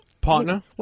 partner